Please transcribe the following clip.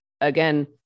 again